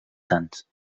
sants